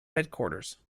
headquarters